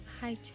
Hi